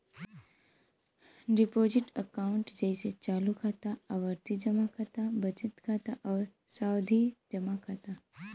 deposit account जइसे चालू खाता, आवर्ती जमा खाता, बचत खाता आउर सावधि जमा खाता